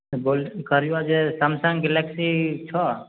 कहलियौ जे Samsung Galaxy छौ